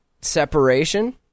separation